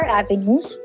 avenues